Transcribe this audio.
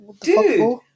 Dude